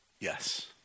yes